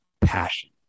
passion